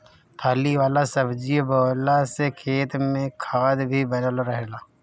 फली वाला सब्जी बोअला से खेत में खाद भी बनल रहेला